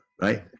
right